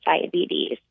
diabetes